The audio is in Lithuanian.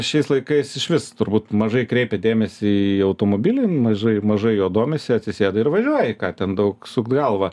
šiais laikais išvis turbūt mažai kreipai dėmesį į automobilį mažai mažai juo domisi atsisėda ir važiuoji ką ten daug sukt galvą